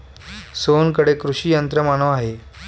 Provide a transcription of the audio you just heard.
सोहनकडे कृषी यंत्रमानव आहे